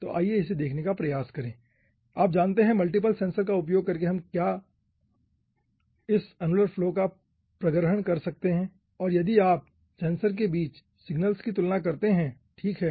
तो आइए इसे देखने का प्रयास करें आप जानते हैं मल्टीप्ल सेंसर का उपयोग करके क्या हम इस अनुलर फ्लो का प्रग्रहण कर सकते हैं और यदि आप सेंसर के बीच सिग्नल्स की तुलना करते हैं ठीक है